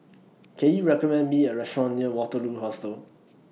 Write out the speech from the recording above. Can YOU recommend Me A Restaurant near Waterloo Hostel